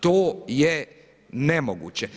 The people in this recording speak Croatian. To je nemoguće.